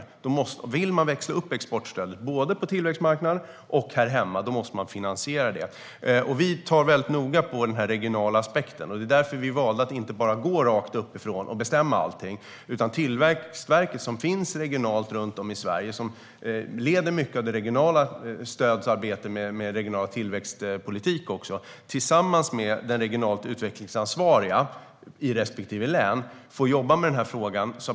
Om man vill växla upp exportstödet både på tillväxtmarknaden och här hemma måste man finansiera det. Vi är noga med den regionala aspekten. Det är därför vi har valt att inte bara gå rakt uppifrån och bestämma allting. Tillväxtverket, som finns regionalt runt om i Sverige och som leder mycket av det regionala stödarbetet med den regionala tillväxtpolitiken, får tillsammans med den regionalt utvecklingsansvariga i respektive län jobba med frågan.